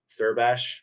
Thurbash